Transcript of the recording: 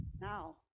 Now